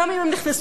גם אם הם נכנסו,